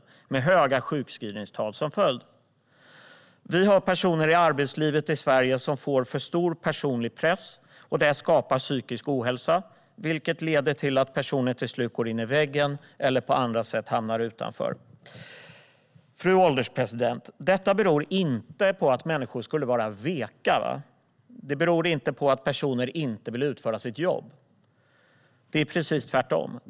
Det får höga sjukskrivningstal som följd. Det finns personer i arbetslivet i Sverige som får för stor personlig press. Det skapar psykisk ohälsa, vilket leder till att de till slut går in i väggen eller på andra sätt hamnar utanför. Fru ålderspresident! Detta beror inte på att människor skulle vara veka. Det beror inte på att personer inte vill utföra sitt jobb. Det är precis tvärtom.